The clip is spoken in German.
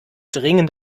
dringend